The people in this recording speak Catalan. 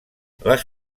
les